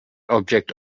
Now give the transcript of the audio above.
object